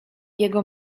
jego